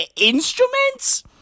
instruments